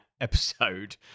episode